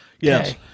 Yes